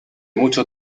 mucho